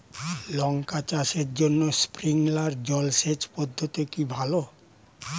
লঙ্কা চাষের জন্য স্প্রিংলার জল সেচ পদ্ধতি কি ভালো?